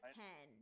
ten